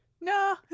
No